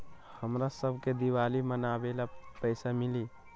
हमरा शव के दिवाली मनावेला पैसा मिली?